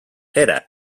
era